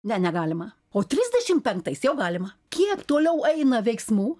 ne negalima o trisdešim penktais jau galima kiek toliau eina veiksmų